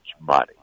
money